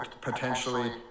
potentially